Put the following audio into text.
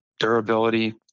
durability